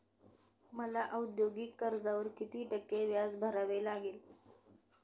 मला औद्योगिक कर्जावर किती टक्के व्याज भरावे लागेल?